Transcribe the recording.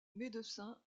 médecins